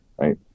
Right